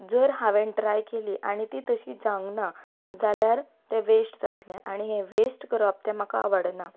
जर हांवें ट्राय केली आनी ती तशी जावंक ना जाल्यार तें वेस्ट जातलें आनी हें वेस्ट करप तें म्हाका आवडना